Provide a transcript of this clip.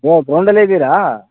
ಓ ಗ್ರೌಂಡಲ್ಲೆ ಇದ್ದೀರಾ